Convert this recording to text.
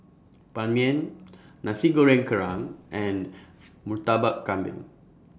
Ban Mian Nasi Goreng Kerang and Murtabak Kambing